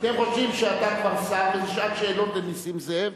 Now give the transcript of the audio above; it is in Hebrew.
הם חושבים שאתה כבר שר וזו שעת שאלות לנסים זאב.